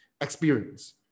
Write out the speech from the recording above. experience